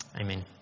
Amen